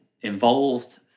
involved